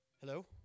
Hello